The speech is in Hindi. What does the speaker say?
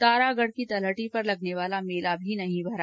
तारागढ की तलहटी पर लगने वाला मेला भी नहीं भरा